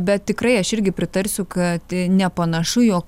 bet tikrai aš irgi pritarsiu kad nepanašu jog